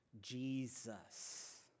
Jesus